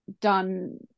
done